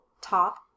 top